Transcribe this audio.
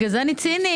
לכן אני צינית.